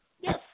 Yes